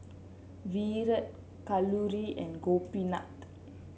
Virat Kalluri and Gopinath